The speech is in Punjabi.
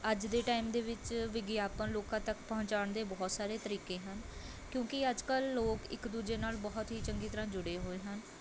ਅੱਜ ਦੇ ਟਾਈਮ ਦੇ ਵਿੱਚ ਵਿਗਿਆਪਨ ਲੋਕਾਂ ਤੱਕ ਪਹੁੰਚਾਉਣ ਦੇ ਬਹੁਤ ਸਾਰੇ ਤਰੀਕੇ ਹਨ ਕਿਉਂਕਿ ਅੱਜ ਕੱਲ੍ਹ ਲੋਕ ਇੱਕ ਦੂਜੇ ਨਾਲ਼ ਬਹੁਤ ਹੀ ਚੰਗੀ ਤਰ੍ਹਾਂ ਜੁੜੇ ਹੋਏ ਹਨ